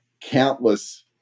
countless